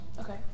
Okay